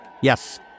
Yes